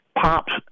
Pops